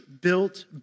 built